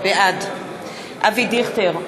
בעד אבי דיכטר,